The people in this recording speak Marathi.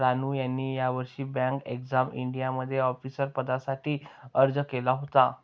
रानू यांनी यावर्षी बँक एक्झाम इंडियामध्ये ऑफिसर पदासाठी अर्ज केला होता